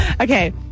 Okay